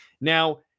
Now